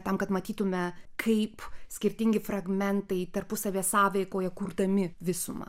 tam kad matytume kaip skirtingi fragmentai tarpusavyje sąveikauja kurdami visumą